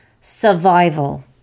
survival